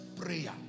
prayer